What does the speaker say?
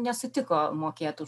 nesutiko mokėt už